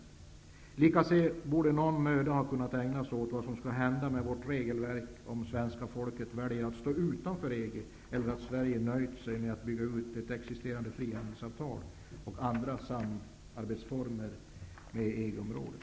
Likaså borde någon möda ha kunnat ägnas åt vad som skulle hända med vårt regelverk om svenska folket väljer att stå utanför EG eller vad som skulle ha hänt om Sverige nöjt sig med att bygga ut ett existerande frihandelsavtal och satsat på andra samarbetsformer med EG-området.